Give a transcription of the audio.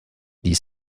die